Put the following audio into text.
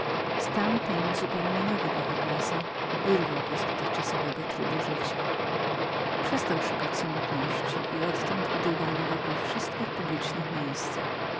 stan ten zupełnie nowy dla herwasa wyrwał go z dotychczasowego systemu życia zamiast szukania samotności odtąd widywano go po wszystkich publicznych miejscach